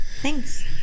thanks